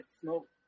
smoke